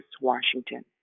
Washington